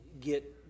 get